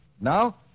Now